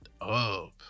up